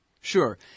Sure